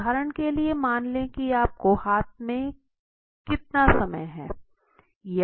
उदाहरण के लिए मान लें कि आपके हाथ में कितना समय है